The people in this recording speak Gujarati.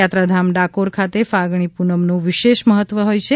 યાત્રાધામ ડાકોર ખાતે ફાગણી પૂનમનું વિશેષ મહત્વ રહેલું છે